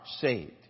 saved